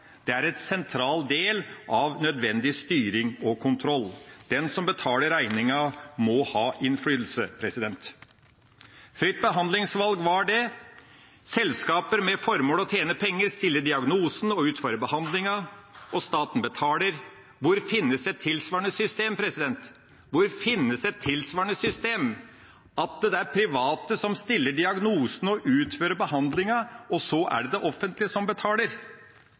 Hvor finnes et tilsvarende system? Hvor finnes et tilsvarende system – at det er private som stiller diagnosen og utfører behandlinga, og så er det det offentlige som betaler?